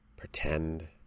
pretend